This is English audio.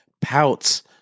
pouts